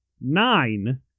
Nine